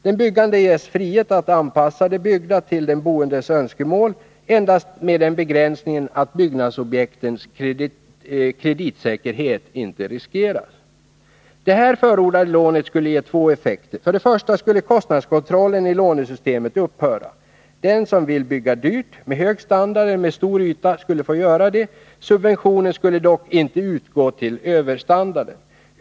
Den byggande ges frihet att anpassa det byggda till de boendes önskemål endast med den begränsningen att byggnadsobjektens kreditsäkerhet inte riskeras. Det här förordade lånet skulle ge två effekter. För det första skulle kostnadskontrollen i lånesystemet upphöra. Den som vill bygga dyrt — med hög standard eller med stor yta — skulle få göra det. Subventioner skulle dock inte utgå till överstandarden.